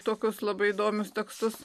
tokius labai įdomius tekstus